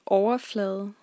overflade